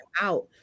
out